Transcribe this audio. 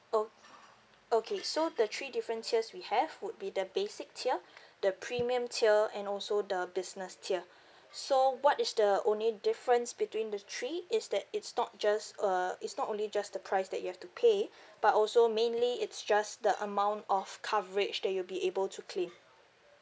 oh okay so the three different tier we have would be the basic tier the premium tier and also the business tier so what is the only difference between the three is that it's not just uh it's not only just the price that you have to pay but also mainly it's just the amount of coverage that you'll be able to claim